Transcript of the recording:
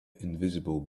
invisible